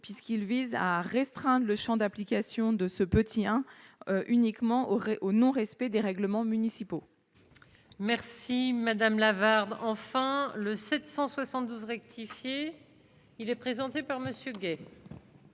puisqu'il vise à restreindre le Champ d'application de ce petit hein uniquement aurait au non respect des règlements municipaux. Merci Madame Lavarde enfin, le 772 rectifié, il est présenté par Monsieur Gay.